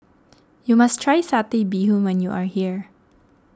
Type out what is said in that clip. you must try Satay bBee Hoon when you are here